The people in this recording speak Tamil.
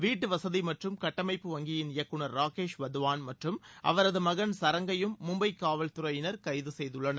வீட்டுவசதி மற்றம் கட்டமைப்பு வங்கியின் இயக்குநர் ராகேஷ் வதவான் மற்றம் அவரது மகன் சரங் கையும் மும்பை காவல்துறையினர் கைது செய்துள்ளனர்